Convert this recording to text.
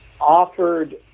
offered